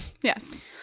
Yes